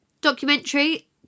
documentary